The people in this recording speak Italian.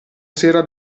sera